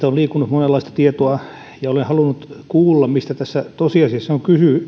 liikkunut monenlaista tietoa ja olen halunnut kuulla mistä tässä tosiasiassa on